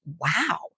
wow